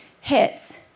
hits